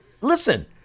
listen